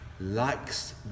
likes